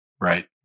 Right